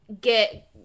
get –